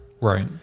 right